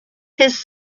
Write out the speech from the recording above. his